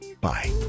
Bye